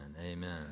Amen